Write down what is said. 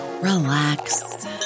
relax